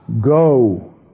go